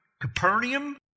Capernaum